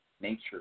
nature